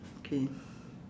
okay